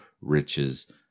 riches